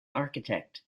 architect